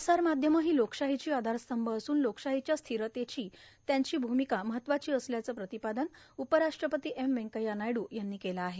प्रसारमाध्यमं ही लोकशाहीची आधारस्तंभ असून लोकशाहीच्या स्थिरतेची त्यांची भूमिका महत्वाची असल्याचं प्रतिपादन उपराष्ट्रपती एम वेंकय्या नायडू यांनी केलं आहे